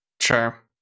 Sure